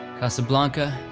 casablanca,